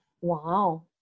Wow